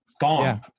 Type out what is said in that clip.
gone